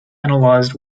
analyzed